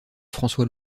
françois